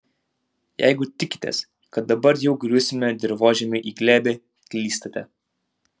jeigu tikitės kad dabar jau griūsime dirvožemiui į glėbį klystate